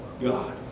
God